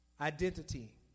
identity